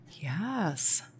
Yes